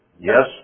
Yes